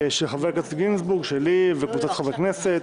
של חבר הכנסת איתן גינזבורג וקבוצת חברי כנסת.